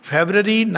February